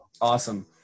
awesome